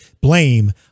blame